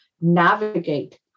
navigate